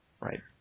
Right